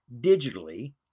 digitally